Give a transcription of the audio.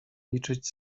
liczyć